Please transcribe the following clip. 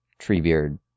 Treebeard